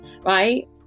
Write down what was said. right